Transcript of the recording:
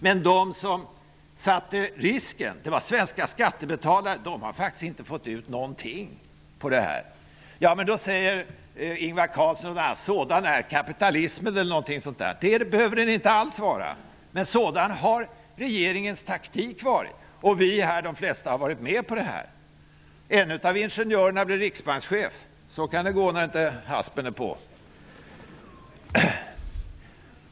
Men de som stod risken var svenska skattebetalare, och de har faktiskt inte fått ut någonting för det. Då säger Ingvar Carlsson kanske: Sådan är kapitalismen. Men det behöver den inte alls vara! Men sådan har regeringens taktik varit! Och de flesta av oss här i kammaren har varit med på det. En av ingenjörerna blev riksbankschef. Så kan det gå när inte haspen är på!